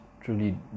truly